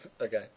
Okay